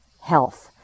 health